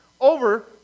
over